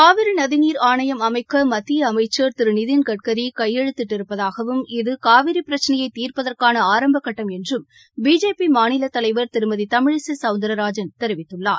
காவிரி நதிநீர் ஆணையம் அமைக்க மத்திய அமைச்சர் திரு நிதின் கட்கரி கையெழுத்திட்டிருப்பதாகவும் இது காவிரி பிரச்சினையை தீர்ப்பதற்கான ஆரம்பக்கட்டம் என்றும் பிஜேபி மாநிலத் தலைவர் திருமதி தமிழிசை சௌந்தரராஜன் தெரிவித்துள்ளார்